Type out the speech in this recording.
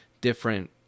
different